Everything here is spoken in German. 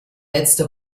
letzte